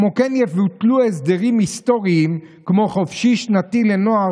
"כמו כן יבוטלו הסדרים היסטוריים כמו חופשי-שנתי לנוער